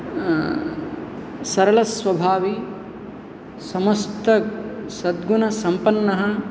सरलस्वभावी समस्तसद्गुणसम्पन्नः